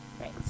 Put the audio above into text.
right